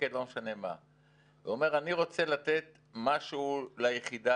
מערך ההתרמה לחיילי צה"ל - דוח מבקר המדינה 66ב. "ממדים ללימודים"